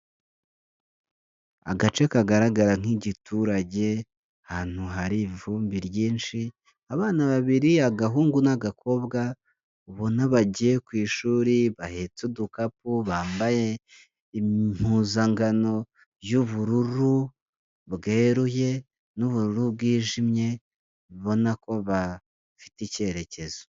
Agace kagaragara nk'igiturage hantu hari ivumbi ryinshi abana babiri agahungu n'agakobwa ubona bagiye ku ishuri bahetse udukapu, bambaye impuzangano y'ubururu bweruye n'ubururu bwijimye ubona ko bafite ikerekezo.